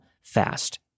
Fast